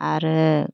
आरो